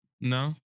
no